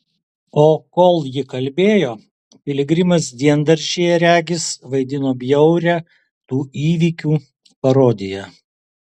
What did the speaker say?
o kol ji kalbėjo piligrimas diendaržyje regis vaidino bjaurią tų įvykių parodiją